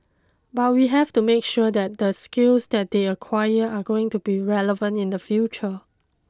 but we have to make sure that the skills that they acquire are going to be relevant in the future